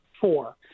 four